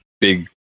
big